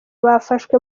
bafashwe